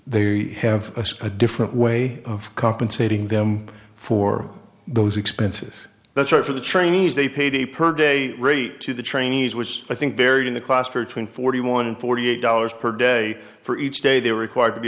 they have a different way of compensating them for those expenses that's right for the trainees they paid a per day rate to the trainees was i think buried in the class for twin forty one and forty eight dollars per day for each day they were required to be